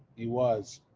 he was